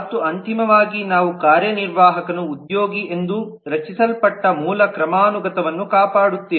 ಮತ್ತು ಅಂತಿಮವಾಗಿ ನಾವು ಕಾರ್ಯನಿರ್ವಾಹಕನು ಉದ್ಯೋಗಿ ಎಂದು ರಚಿಸಲ್ಪಟ್ಟ ಮೂಲ ಕ್ರಮಾನುಗತವನ್ನು ಕಾಪಾಡುತ್ತೇವೆ